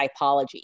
typology